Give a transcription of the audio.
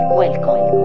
welcome